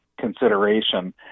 consideration